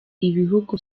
ibihugu